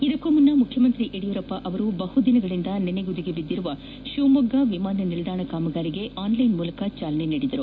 ಇದಕ್ಕೂ ಮುನ್ನ ಮುಖ್ಯಮಂತ್ರಿ ಯಡಿಯೂರಪ್ಪ ಅವರು ಬಹುದಿನಗಳಿಂದ ನೆನೆಗುದಿಗೆ ಬಿದ್ದಿರುವ ಶಿವಮೊಗ್ಗ ವಿಮಾನ ನಿಲ್ದಾಣ ಕಾಮಗಾರಿಗೆ ಆನ್ಲೈನ್ ಮೂಲಕ ಚಾಲನೆ ನೀಡಿದರು